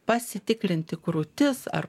pasitikrinti krūtis ar